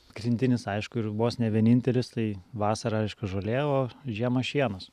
pagrindinis aišku ir vos ne vienintelis tai vasarą aišku žolė o žiemą šienas